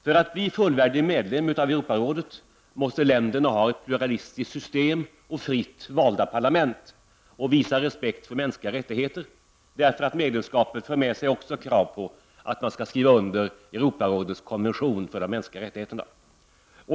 För att bli fullvärdig medlem i Europarådet måste länderna ha ett pluralistiskt system med fritt valda parlament och visa respekt för mänskliga rättigheter, därför att medlemskapet också för med sig krav på att länderna skall skriva under Europarådets konvention om de mänskliga rättigheterna.